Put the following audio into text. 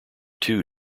too